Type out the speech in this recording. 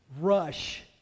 rush